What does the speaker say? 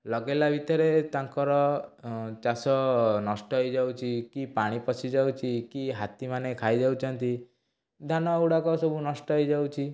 ଲଗେଇଲା ଭିତରେ ତାଙ୍କର ଚାଷ ନଷ୍ଟ ହେଇଯାଉଛି କି ପାଣି ପସିଯାଉଛି କି ହାତୀ ମାନେ ଖାଇଯାଉଛନ୍ତି ଧାନ ଗୁଡ଼ାକ ସବୁ ନଷ୍ଟ ହେଇଯାଉଛି